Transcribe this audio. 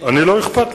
לא אכפת,